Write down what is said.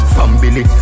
Family